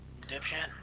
dipshit